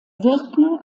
wirken